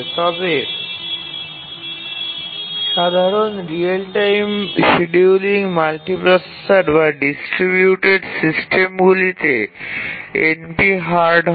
তবে সাধারণ real time scheduling multiprocessor বা ডিস্ট্রিবিউটেড সিস্টেমগুলিতে NP হার্ড হয়